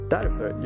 Därför